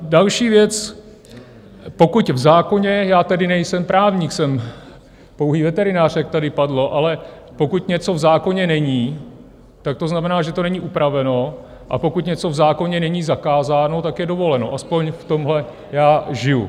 Další věc: pokud v zákoně já tedy nejsem právník, jsem pouhý veterinář, jak tady padlo ale pokud něco v zákoně není, tak to znamená, že to není upraveno, a pokud něco v zákoně není zakázáno, tak je dovoleno, aspoň v tomhle já žiju.